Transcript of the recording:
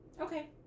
Okay